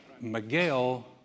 Miguel